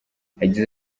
yagize